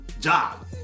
job